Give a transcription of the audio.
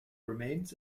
remains